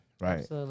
Right